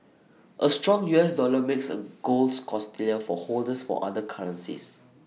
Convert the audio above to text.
A strong U S dollar makes A golds costlier for holders for other currencies